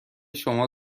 شما